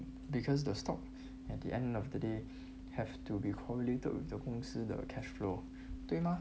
because the stock at the end of the day have to be correlated with the 公司 cash flow 对 mah